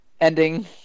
Ending